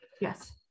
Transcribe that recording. Yes